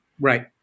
Right